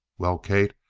well, kate,